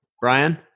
Brian